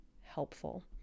helpful